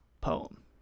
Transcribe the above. poem